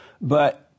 But-